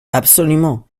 absolument